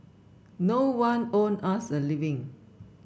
no one owed us a living